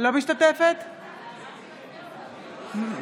נגד איתן גינזבורג, בעד